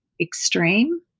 extreme